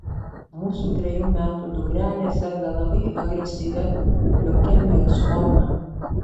mūsų trejų metų dukrelė serga labai agresyvia leukemijos forma